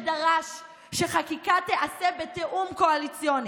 שדרש שחקיקה תיעשה בתיאום קואליציוני.